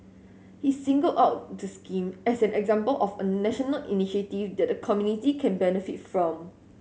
he singled out the scheme as an example of a national initiative that the community can benefit from